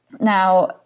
now